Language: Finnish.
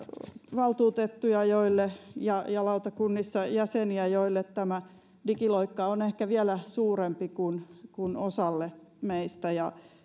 valtuutettuja ja lautakunnissa jäseniä joille tämä digiloikka on ehkä vielä suurempi kuin kuin osalle meistä ja